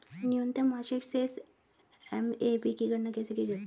न्यूनतम मासिक शेष एम.ए.बी की गणना कैसे की जाती है?